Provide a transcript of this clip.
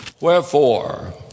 Wherefore